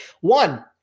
One